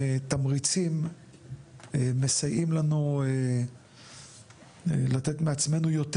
תמריצים מסייעים לנו לתת מעצמנו יותר,